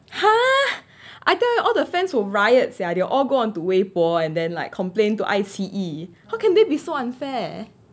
!huh! I tell you all the fans were riot sia they all go onto 微博 and then like complain to I_C_E how can they be so unfair